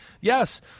yes